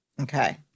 Okay